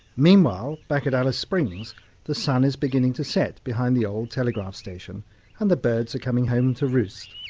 meanwhile, back at alice springs the sun is beginning to set behind the old telegraph station and the birds are coming home to roost.